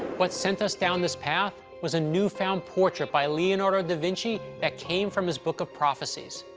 what sent us down this path was a newfound portrait by leonardo da vinci that came from his book of prophecies.